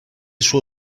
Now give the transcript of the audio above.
suo